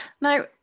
Now